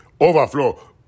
overflow